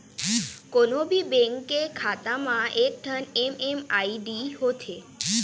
कोनो भी बेंक के खाता म एकठन एम.एम.आई.डी होथे